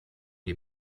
die